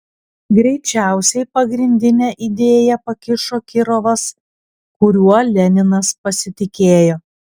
greičiausiai pagrindinę idėją pakišo kirovas kuriuo leninas pasitikėjo